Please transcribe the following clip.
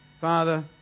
Father